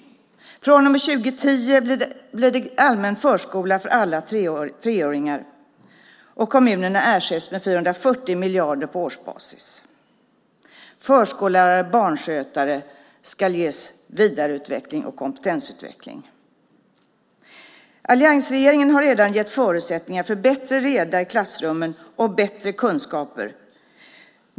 Från och med år 2010 blir det allmän förskola för alla treåringar, och kommunerna ersätts med 440 miljoner på årsbasis. Förskollärare och barnskötare ska ges vidareutveckling och kompetensutveckling. Alliansregeringen har redan gett förutsättningar för bättre reda i klassrummen och bättre kunskaper.